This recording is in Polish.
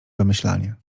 wymyślanie